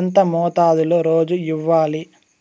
ఎంత మోతాదులో రోజు ఇవ్వాలి?